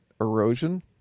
erosion